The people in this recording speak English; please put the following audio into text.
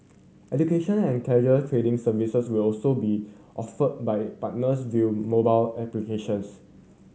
education and casual trading services will also be offered by it partners via mobile applications